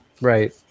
right